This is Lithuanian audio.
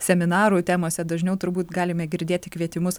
seminarų temose dažniau turbūt galime girdėti kvietimus